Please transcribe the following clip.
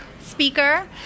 speaker